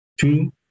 Two